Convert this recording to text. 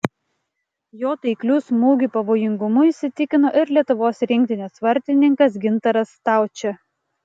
jo taiklių smūgių pavojingumu įsitikino ir lietuvos rinktinės vartininkas gintaras staučė